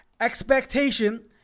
expectation